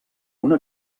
una